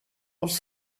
els